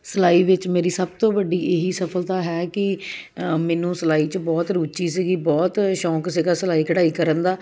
ਸਿਲਾਈ ਵਿੱਚ ਮੇਰੀ ਸਭ ਤੋਂ ਵੱਡੀ ਇਹ ਹੀ ਸਫ਼ਲਤਾ ਹੈ ਕਿ ਮੈਨੂੰ ਸਿਲਾਈ 'ਚ ਬਹੁਤ ਰੁਚੀ ਸੀਗੀ ਬਹੁਤ ਸ਼ੌਂਕ ਸੀਗਾ ਸਿਲਾਈ ਕਢਾਈ ਕਰਨ ਦਾ